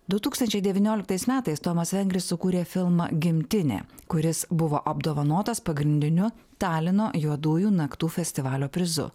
du tūkstančiai devynioliktais metais tomas vengris sukūrė filmą gimtinė kuris buvo apdovanotas pagrindiniu talino juodųjų naktų festivalio prizu